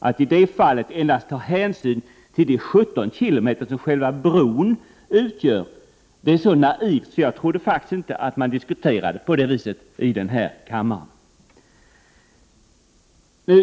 Att i det fallet endast ta hänsyn till de 17 kilometer som själva bron utgör är så naivt att jag faktiskt inte trodde att man diskuterade på det viset i denna kammare.